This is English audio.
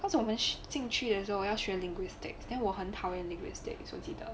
cause 我们进去的时候我要学 linguistics then 我很讨厌 linguistic so 记得